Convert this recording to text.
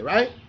Right